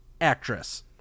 actress